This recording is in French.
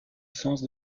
sens